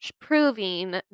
proving